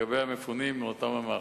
לגבי המפונים מאותם המאחזים.